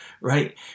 right